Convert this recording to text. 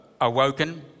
awoken